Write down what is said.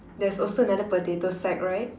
there's also another potato sack right